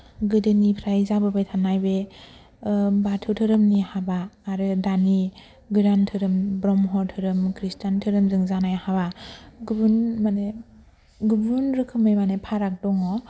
गोदोनिफ्राय जाबोबाय थानाय बे बाथौ धोरोमनि हाबा आरो दानि गोदान धोरोम ब्रह्म धोरोम ख्रिष्टान धोरोमजों जानाय हाबा गुबुन माने गुबुन रोखोमनि माने फाराग दङ